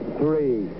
three